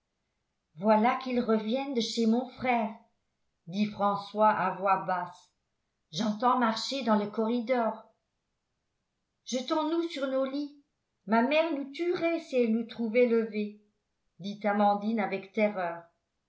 voilà qu'ils reviennent de chez mon frère dit françois à voix basse j'entends marcher dans le corridor jetons nous sur nos lits ma mère nous tuerait si elle nous trouvait levés dit amandine avec terreur